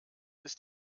ist